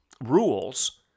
rules